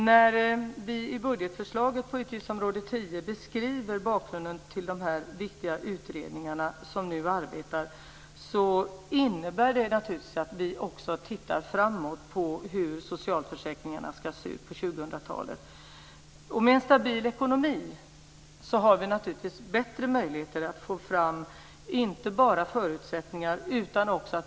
När vi i budgetförslaget på utgiftsområde 10 beskriver bakgrunden till de viktiga utredningar som nu arbetar innebär det naturligtvis att vi också tittar framåt, på hur socialförsäkringarna ska se ut på 2000 talet. Med en stabil ekonomi har vi naturligtvis bättre möjligheter att inte bara få fram bättre förutsättningar.